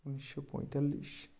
উনিশশো পঁয়তাল্লিশ